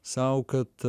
sau kad